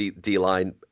D-line